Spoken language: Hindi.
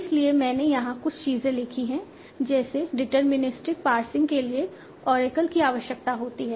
इसलिए मैंने यहाँ कुछ चीजें लिखी हैं जैसे डिटरमिनिस्टिक पार्सिंग के लिए ओरेकल की आवश्यकता होती है